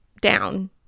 down